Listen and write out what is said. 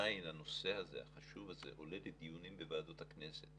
הנושא החשוב הזה עדיין עולה לדיונים בוועדות הכנסת